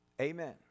Amen